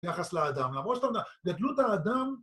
‫ביחס לאדם, למרות שאתם יודעים, ‫גדלות האדם...